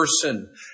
person